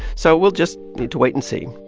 so we'll just need to wait and see.